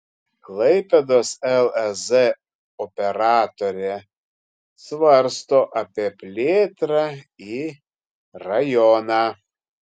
klaipėdos lez operatorė svarsto apie plėtrą į rajoną